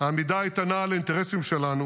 העמידה האיתנה על האינטרסים שלנו